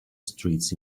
streets